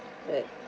right